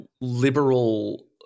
liberal